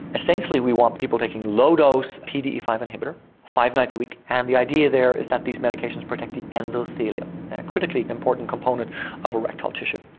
essentially we want people taking low dose p d e five inhibitor five nights a week and the idea there is that these medications protect the endothelium a critically important component of erectile tissue.